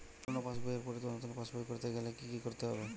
পুরানো পাশবইয়ের পরিবর্তে নতুন পাশবই ক রতে গেলে কি কি করতে হবে?